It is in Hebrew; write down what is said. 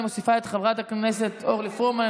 אני מוסיפה את חברת הכנסת אורלי פרומן,